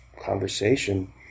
conversation